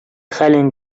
хәлен